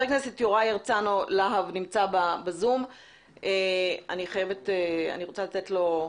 חבר הכנסת יוראי הרצנו להב נמצא ב-זום והוא רוצה להתייחס.